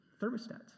thermostats